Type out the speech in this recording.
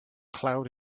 cloud